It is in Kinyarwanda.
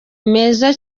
meza